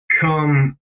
come